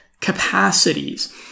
capacities